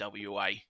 WA